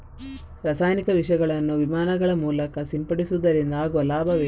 ರಾಸಾಯನಿಕ ವಿಷಗಳನ್ನು ವಿಮಾನಗಳ ಮೂಲಕ ಸಿಂಪಡಿಸುವುದರಿಂದ ಆಗುವ ಲಾಭವೇನು?